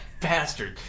bastard